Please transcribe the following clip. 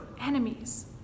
enemies